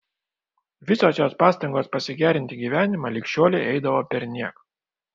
visos jos pastangos pasigerinti gyvenimą lig šiolei eidavo perniek